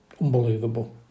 unbelievable